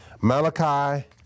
Malachi